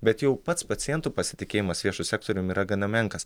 bet jau pats pacientų pasitikėjimas viešu sektorium yra gana menkas